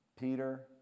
Peter